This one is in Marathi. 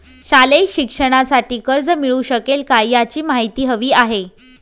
शालेय शिक्षणासाठी कर्ज मिळू शकेल काय? याची माहिती हवी आहे